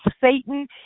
Satan